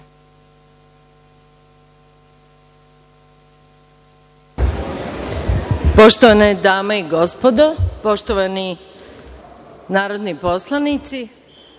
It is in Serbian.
Poštovane dame i gospodo, poštovani narodni poslanici,